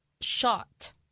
shot